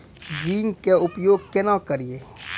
Zinc के उपयोग केना करये?